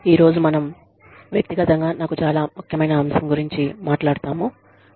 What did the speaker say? ఈ రోజు మనం వ్యక్తిగతంగా నాకు చాలా ముఖ్యమైన అంశం గురించి మాట్లాడుతాము